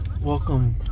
Welcome